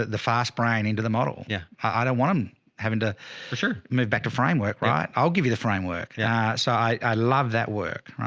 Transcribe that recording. the fast brain into the model. yeah. i don't want him having to for sure and moved back to framework. right. i'll give you the framework. yeah so i, i love that work, right.